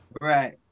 Right